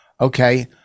Okay